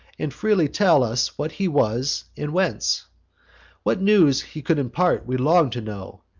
and freely tell us what he was, and whence what news he could impart, we long to know,